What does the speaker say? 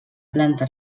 planta